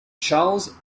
charles